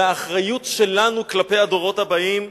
והאחריות שלנו היא כלפי הדורות הבאים,